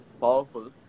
powerful